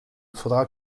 faudra